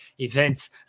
events